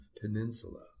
Peninsula